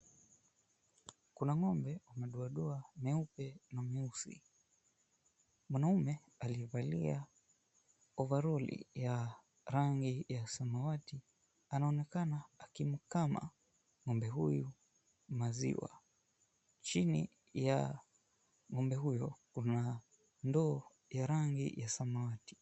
Kuna ng'ombe wa madoadoa meupe na meusi. Mwanaume aliyevalia ovaroli ya rangi ya samawati anaonekana akimkama ng'ombe huyu maziwa. Chini ya ng'ombe huyo kuna ndoo ya rangi ya samawati.